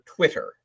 Twitter